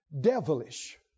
devilish